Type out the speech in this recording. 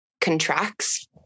contracts